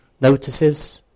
notices